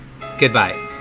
goodbye